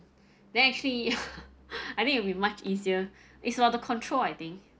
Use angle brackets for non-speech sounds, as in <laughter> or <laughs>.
then actually <laughs> I think it'll be much easier it's about the control I think